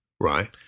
Right